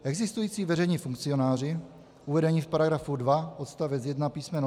Existující veřejní funkcionáři uvedení v § 2 odst. 1 písm.